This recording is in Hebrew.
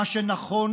מה שנכון